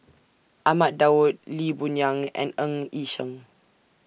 Ahmad Daud Lee Boon Yang and Ng Yi Sheng